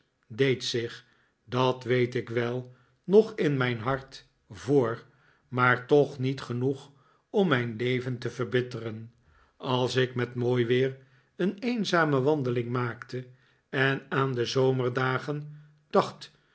deed zich dat weet ik wel nog in mijn hart voor maar toch niet genoeg om mijn leven te verbitteren als ik met mooi weer een eenzame wandeling maakte en aan de zomerdagen dacht